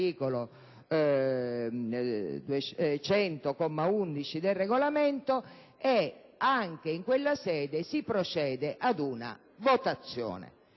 comma 11, del Regolamento, e, anche in quella sede, si procede ad una votazione.